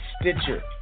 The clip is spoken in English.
Stitcher